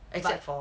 except for